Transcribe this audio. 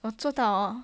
我做到 hor